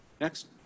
Next